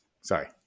Sorry